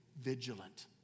vigilant